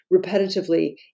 repetitively